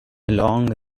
long